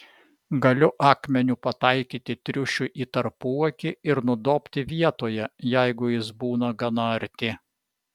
galiu akmeniu pataikyti triušiui į tarpuakį ir nudobti vietoje jeigu jis būna gana arti